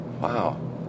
Wow